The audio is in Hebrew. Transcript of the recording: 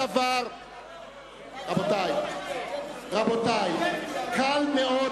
רבותי, קל מאוד